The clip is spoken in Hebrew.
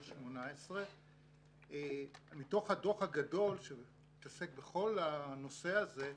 2018. מתוך הדוח הגדול שמתעסק בכל הנושא הזה,